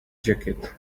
jacket